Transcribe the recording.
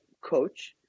coach